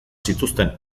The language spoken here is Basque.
zituzten